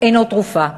אינו תרופה.